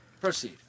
Proceed